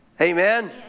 Amen